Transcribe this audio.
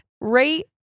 rate